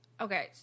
Okay